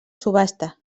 subhasta